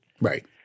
Right